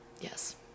Yes